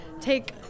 take